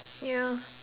ya